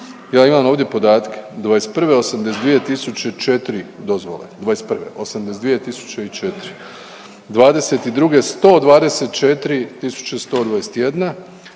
Ja imam ovdje podatke, '21. 82.004 dozvole, '21. 82.004, '22. 124.121,